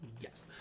Yes